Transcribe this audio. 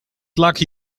lucky